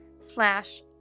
slash